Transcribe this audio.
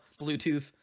Bluetooth